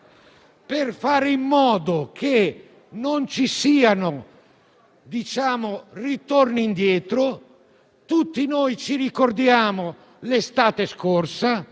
per fare in modo che non ci siano ritorni indietro. Tutti ricordiamo l'estate scorsa